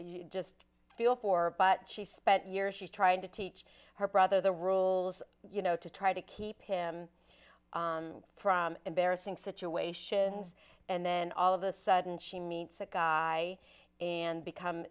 you just feel for but she spent years she's trying to teach her brother the rules you know to try to keep him from embarrassing situations and then all of a sudden she meets a guy and become